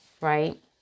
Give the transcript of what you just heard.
right